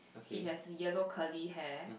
he has yellow curly hair